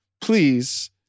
please